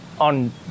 on